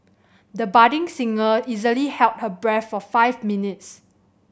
the budding singer easily held her breath for five minutes